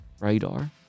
radar